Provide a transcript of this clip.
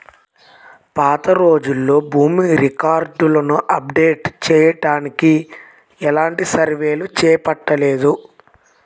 పాతరోజుల్లో భూమి రికార్డులను అప్డేట్ చెయ్యడానికి ఎలాంటి సర్వేలు చేపట్టలేదు